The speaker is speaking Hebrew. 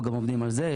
אנחנו גם עובדים על זה.